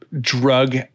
drug